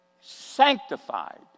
sanctified